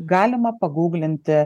galima paguglinti